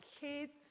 kids